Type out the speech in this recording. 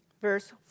verse